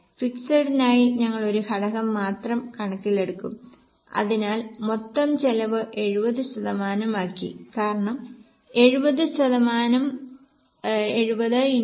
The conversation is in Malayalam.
ഫിക്സിഡിനായി ഞങ്ങൾ ഒരു ഘടകം മാത്രം കണക്കിലെടുക്കും അതിനാൽ മൊത്തം ചെലവ് 70 ശതമാനമാക്കി കാരണം 70 ശതമാനം 70 x1